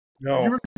No